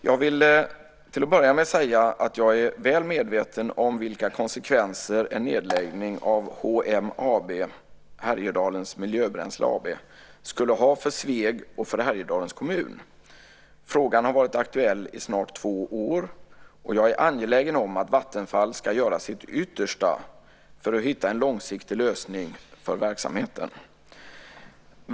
Jag vill till att börja med säga att jag är väl medveten om vilka konsekvenser en nedläggning av Härjedalens Miljöbränsle AB skulle ha för Sveg och för Härjedalens kommun. Frågan har varit aktuell i snart två år, och jag är angelägen om att Vattenfall ska göra sitt yttersta för att hitta en långsiktig lösning för verksamheten.